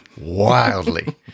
wildly